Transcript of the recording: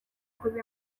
kuba